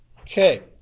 Okay